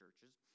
churches